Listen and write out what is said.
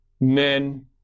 men